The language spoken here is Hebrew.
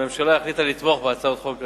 הממשלה החליטה לתמוך בהצעות החוק האלה,